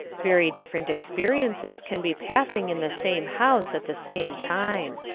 very different experiences can be passing in the same house at the same time.